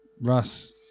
Russ